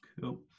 Cool